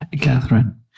Catherine